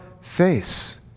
face